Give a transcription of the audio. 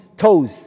toes